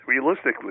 realistically